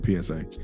psa